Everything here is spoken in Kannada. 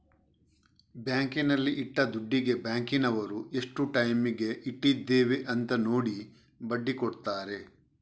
ಬ್ಯಾಂಕಿನಲ್ಲಿ ಇಟ್ಟ ದುಡ್ಡಿಗೆ ಬ್ಯಾಂಕಿನವರು ಎಷ್ಟು ಟೈಮಿಗೆ ಇಟ್ಟಿದ್ದೇವೆ ಅಂತ ನೋಡಿ ಬಡ್ಡಿ ಕೊಡ್ತಾರೆ